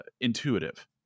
intuitive